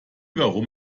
warum